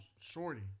shorty